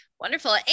Wonderful